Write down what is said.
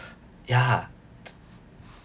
ya